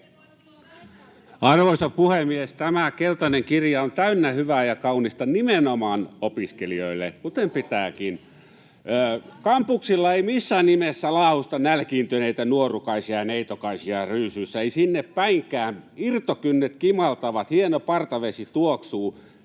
Arvoisa puhemies! Tämä keltainen kirja on täynnä hyvää ja kaunista nimenomaan opiskelijoille, kuten pitääkin. Kampuksilla ei missään nimessä laahusta nälkiintyneitä nuorukaisia ja neitokaisia ryysyissä, ei sinne päinkään: irtokynnet kimaltavat, hieno partavesi tuoksuu,